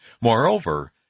Moreover